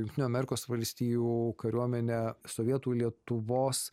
jungtinių amerikos valstijų kariuomenę sovietų lietuvos